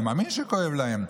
אני מאמין שכואב להם,